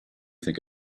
think